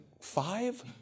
five